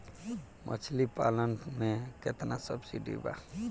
मछली पालन मे केतना सबसिडी बा?